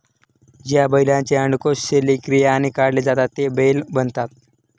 ज्या बैलांचे अंडकोष शल्यक्रियाने काढले जातात ते बैल बनतात